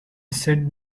said